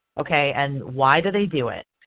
okay and why do they do it?